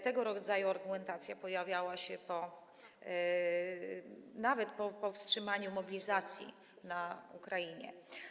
Tego rodzaju argumentacja pojawiała się nawet po powstrzymaniu mobilizacji na Ukrainie.